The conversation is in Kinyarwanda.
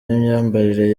n’imyambarire